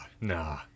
nah